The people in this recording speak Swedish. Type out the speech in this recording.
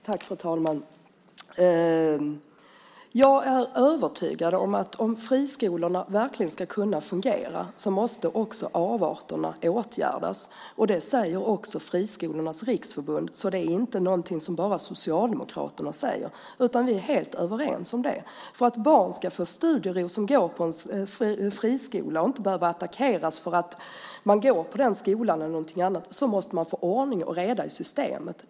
Fru talman! Jag är övertygad om att om friskolorna verkligen ska kunna fungera måste avarterna åtgärdas. Det säger också Friskolornas riksförbund. Det är inte något som bara Socialdemokraterna säger, utan vi är helt överens om det. För att barn som går på en friskola ska få studiero och inte behöva attackeras för att de går på den skolan, måste man få ordning och reda i systemet.